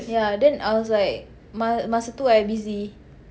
yeah then I was like ma~ masa tu I busy